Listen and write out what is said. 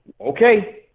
okay